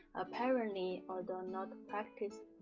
apparently although not practiced,